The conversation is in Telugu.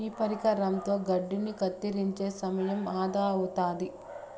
ఈ పరికరంతో గడ్డిని కత్తిరించే సమయం ఆదా అవుతాది